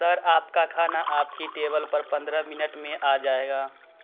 sir आपका खाना आपकी टेबल पर पंद्रह मिनट में आ जाएगा